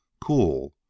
cool